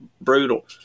brutal